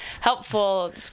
helpful